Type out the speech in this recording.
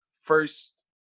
first